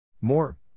More